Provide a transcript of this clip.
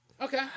Okay